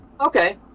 Okay